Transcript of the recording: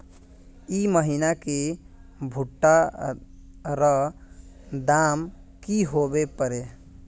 ई महीना की भुट्टा र दाम की होबे परे?